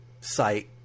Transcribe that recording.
site